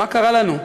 מה קרה לנו,